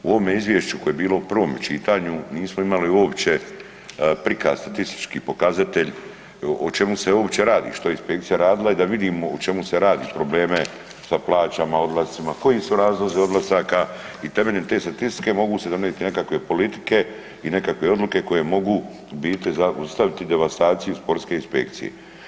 U ovome izvješću koje je bilo u prvome čitanju nismo imali uopće prikaz, statistički pokazatelj, o čemu se uopće radi, što je inspekcija radila i da vidimo o čemu se radi, probleme sa plaćama, odlascima, koji su razlozi odlazaka i temeljem te statistike mogu se donijeti nekakve politike i nekakve odluke koje mogu u biti zaustaviti devastaciju sportske inspekcije.